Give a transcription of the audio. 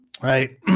right